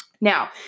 Now